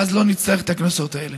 ואז לא נצטרך את הקנסות האלה.